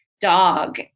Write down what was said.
dog